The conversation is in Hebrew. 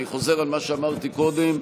אני חוזר על מה שאמרתי קודם: